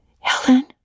Helen